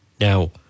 Now